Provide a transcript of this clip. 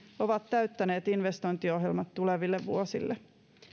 ovat täyttäneet investointiohjelmat tuleville vuosille